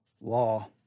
Law